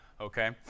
okay